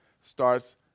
starts